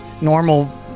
normal